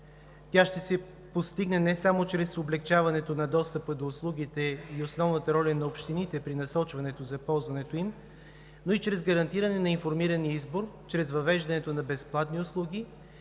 Тя ще се постигне не само чрез облекчаването на достъпа до услугите и основната роля на общините при насочването за ползването им, но и чрез гарантиране на информиран избор, чрез въвеждането на безплатни услуги